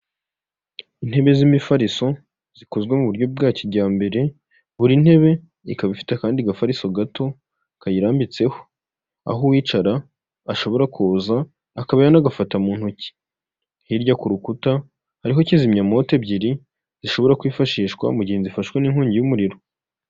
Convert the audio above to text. Intebe z'imifariso zikozwe mu buryo bwa kijyambere buri ntebe ikaba ifite akandi gafariso gato kayirambitseho, aho uwicara ashobora kuza akaba yanagafata mu ntoki, hirya ku rukuta hariho kizimyamoto ebyiri zishobora kwifashishwa mu gihe inzu ifashwe n'inkongi y'umuriro.